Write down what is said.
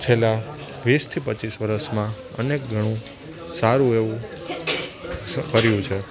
છેલ્લા વીસથી પચીસ વર્ષમાં અનેકગણું સારું એવું કર્યું છે